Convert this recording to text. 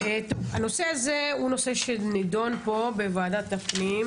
הנושא הזה הוא נושא שנידון פה בוועדת הפנים,